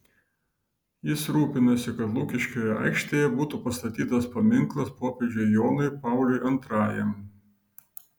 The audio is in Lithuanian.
jis rūpinosi kad lukiškių aikštėje būtų pastatytas paminklas popiežiui jonui pauliui antrajam